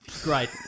great